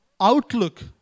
outlook